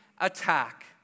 attack